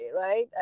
right